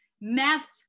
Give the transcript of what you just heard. meth